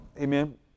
amen